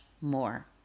more